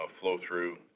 flow-through